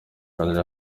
kiganiro